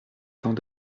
temps